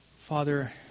Father